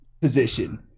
position